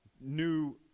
new